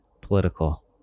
political